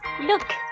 Look